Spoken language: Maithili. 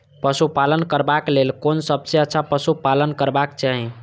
पशु पालन करबाक लेल कोन सबसँ अच्छा पशु पालन करबाक चाही?